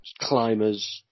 climbers